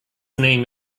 name